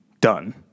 done